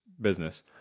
business